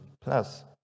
plus